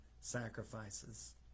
sacrifices